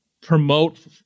promote